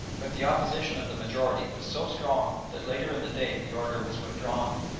but the opposition of the majority was so strong that later in the day the order was withdrawn,